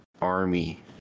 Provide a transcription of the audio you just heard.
army